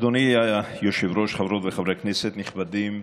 אדוני היושב-ראש, חברות וחברי כנסת נכבדים,